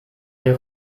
les